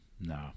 no